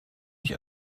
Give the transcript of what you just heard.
ich